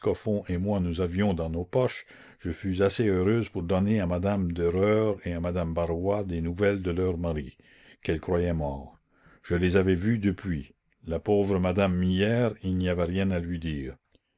et moi nous avions dans nos poches je fus assez heureuse pour donner à madame dereure et à madame barois des nouvelles de leurs maris qu'elles croyaient morts je les avais vus depuis la pauvre madame millière il n'y avait rien à lui dire